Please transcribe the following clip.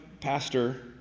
pastor